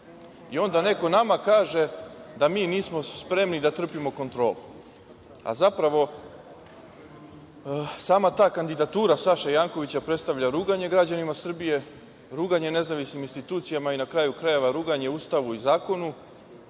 Onda neko nama kaže da nismo spremni da trpimo kontrolu. Zapravo, sama ta kandidatura Saše Jankovića predstavlja ruganje građanima Srbije, ruganje nezavisnim institucijama i na kraju krajeva, ruganje Ustavu i zakonu